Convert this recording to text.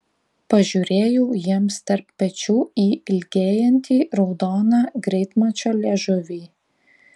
pažiūrėjau jiems tarp pečių į ilgėjantį raudoną greitmačio liežuvį